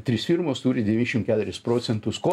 trys firmos turi devyniasdešim keturi procentus ko